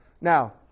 Now